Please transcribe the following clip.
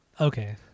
Okay